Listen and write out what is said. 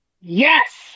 yes